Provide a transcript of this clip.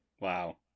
wow